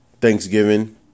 Thanksgiving